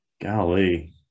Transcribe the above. Golly